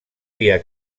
via